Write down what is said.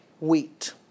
wheat